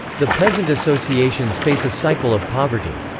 the peasant associations face a cycle of poverty.